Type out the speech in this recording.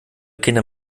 kinder